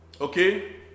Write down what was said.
okay